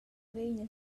vegnan